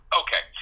okay